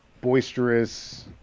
boisterous